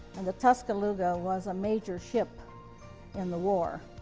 and the tuscaloosa was a major ship in the war.